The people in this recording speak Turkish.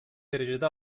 derecede